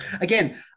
Again